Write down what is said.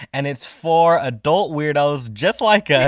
and it's for adult weirdos, just like us,